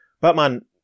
Batman